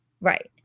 Right